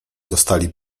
dostali